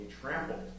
trampled